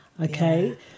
Okay